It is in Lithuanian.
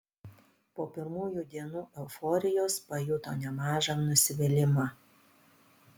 po pirmųjų dienų euforijos pajuto nemažą nusivylimą